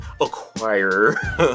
acquire